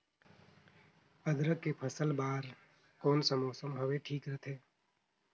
अदरक के फसल बार कोन सा मौसम हवे ठीक रथे?